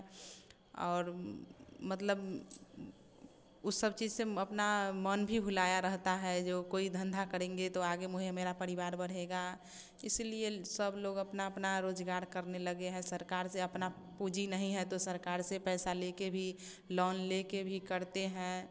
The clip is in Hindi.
और मतलब वह सब चीज़ से अपना मन भी भुलाया रहता है जो कोई धंधा करेंगे तो आगे मुहे मेरा परिवार बढेगा इसीलिए सब लोग अपना अपना रोज़गार करने लगे है सरकार से अपना पूँजी नही है तो सरकार से पैसा लेकर भी लॉन लेकर भी करते है